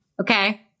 Okay